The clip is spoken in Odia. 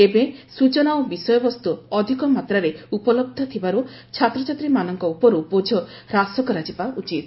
ଏବେ ସୂଚନା ଓ ବିଷୟବସ୍ତୁ ଅଧିକ ମାତ୍ରାରେ ଉପଲବ୍ଧ ଥିବାରୁ ଛାତ୍ରଛାତ୍ରୀମାନଙ୍କ ଉପରୁ ବୋଝ ହ୍ରାସ କରାଯିବା ଉଚିତ୍